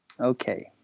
Okay